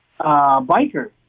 biker